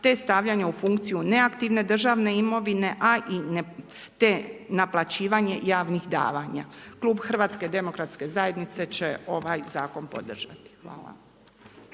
te stavljanja u funkciju neaktivne državne imovine te naplaćivanje javnih davanja. Klub HDZ-a će ovaj zakon podržati. Hvala.